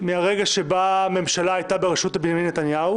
ונשמעה הצעה להעביר את זה לוועדת הכנסת.